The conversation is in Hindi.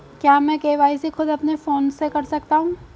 क्या मैं के.वाई.सी खुद अपने फोन से कर सकता हूँ?